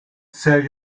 sell